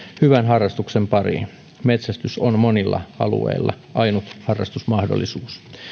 hyvän harrastuksen pariin metsästys on monilla alueilla ainut harrastusmahdollisuus